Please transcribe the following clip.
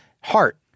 heart